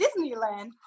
disneyland